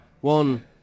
one